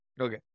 Okay